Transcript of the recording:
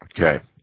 Okay